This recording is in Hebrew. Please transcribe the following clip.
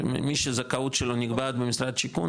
מי שזכאות שלו נקבעת במשרד השיכון,